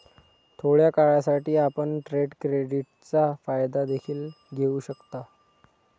थोड्या काळासाठी, आपण ट्रेड क्रेडिटचा फायदा देखील घेऊ शकता